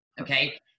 okay